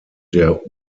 der